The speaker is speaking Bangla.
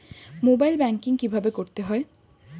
মোবাইল ব্যাঙ্কিং কীভাবে করতে হয়?